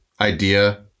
idea